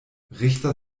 richter